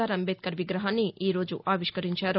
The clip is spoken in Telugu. ఆర్ అంబేద్కర్ విగ్రహాన్ని ఈ రోజు ఆవిష్కరించారు